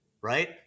right